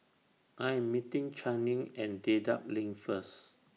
I Am meeting Channing At Dedap LINK First